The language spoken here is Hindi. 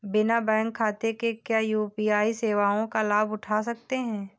बिना बैंक खाते के क्या यू.पी.आई सेवाओं का लाभ उठा सकते हैं?